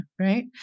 Right